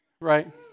Right